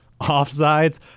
offsides